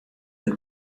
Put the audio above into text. der